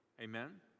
Amen